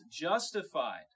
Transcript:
justified